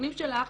הנתונים שלך,